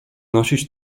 nosić